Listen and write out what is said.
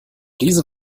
diese